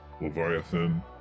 Leviathan